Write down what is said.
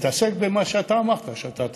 תתעסק במה שאתה אמרת שאתה תעשה.